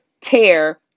tear